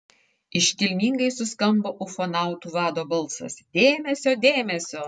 iškilmingai suskambo ufonautų vado balsas dėmesio dėmesio